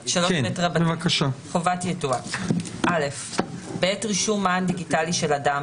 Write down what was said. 3ב. חובת יידוע (א) בעת רישום מען דיגיטלי של אדם